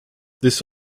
this